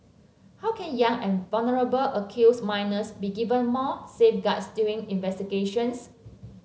how can young and vulnerable accused minors be given more safeguards during investigations